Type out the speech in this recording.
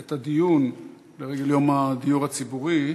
את הדיון לרגל יום הדיור הציבורי.